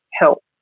help